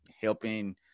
helping –